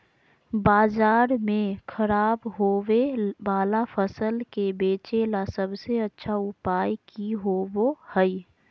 बाजार में खराब होबे वाला फसल के बेचे ला सबसे अच्छा उपाय की होबो हइ?